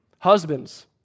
Husbands